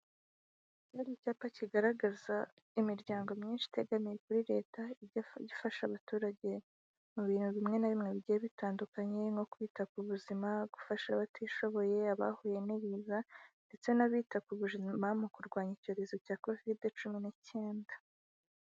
Icyapa kigaragaza imiryango myinshi itegamiye kuri Leta, ijya ifasha abaturage mu bintu bimwe na bimwe bigiye bitandukanye, nko kwita ku buzima, gufasha abatishoboye, abahuye n'ibiza, ndetse n'abita ku buzima mu kurwanya icyorezo cya covid cumi n'icyenda.